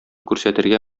күрсәтергә